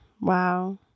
wow